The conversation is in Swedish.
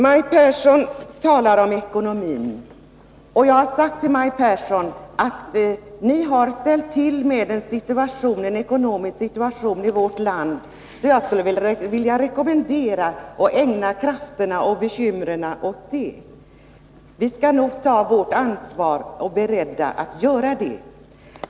Maj Pehrsson talar om ekonomin, och jag har sagt till henne att ni har ställt till med en besvärlig ekonomisk situation i vårt land. Jag skulle därför vilja rekommendera er att ägna krafterna och bekymren åt den frågan. Vi skall nog ta vårt ansvar, och vi är beredda att göra det.